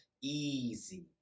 easy